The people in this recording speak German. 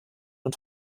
und